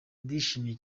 ndishimye